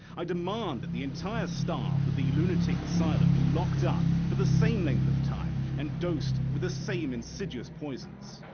i demand that the entire staff of the lunatic asylum be locked up for the same length of time and dosed with the same insidious poisons.